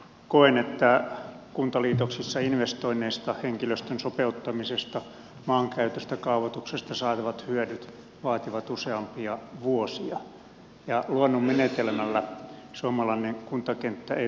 koen että kuntaliitoksissa investoinneista henkilöstön sopeuttamisesta maankäytöstä kaavoituksesta saatavat hyödyt vaativat useampia vuosia ja luonnonmenetelmällä suomalainen kuntakenttä ei tahdo eheytyä